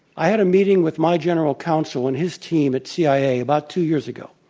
i had a meeting with my general counsel and his team at cia about two years ago.